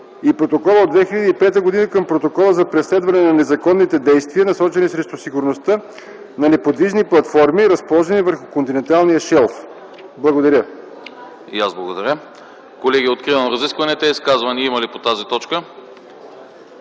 на Протокола от 2005 г. към Протокола за преследване на незаконните действия, насочени срещу сигурността на неподвижни платформи, разположени върху континенталния шелф.” Благодаря. ПРЕДСЕДАТЕЛ АНАСТАС АНАСТАСОВ: И аз благодаря. Колеги, откривам разискванията. Изказвания има ли по тази точка?